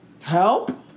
help